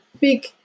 big